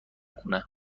خونه